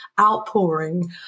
outpouring